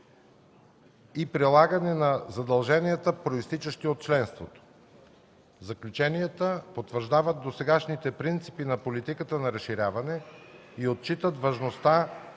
и прилагане на задълженията, произтичащи от членството. Заключенията потвърждават досегашните принципи на политиката на разширяване и отчитат важността